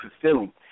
fulfilling